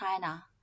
China